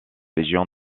légion